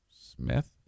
Smith